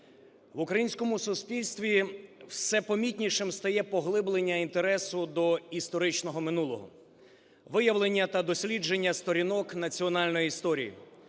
В українському суспільстві все помітнішим стає поглиблення інтересу до історичного минулого, виявлення та дослідження сторінок національної історії,